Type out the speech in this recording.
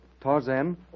Tarzan